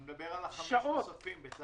אני מדבר על חמישה הפרויקטים הנוספים.